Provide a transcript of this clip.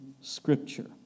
scripture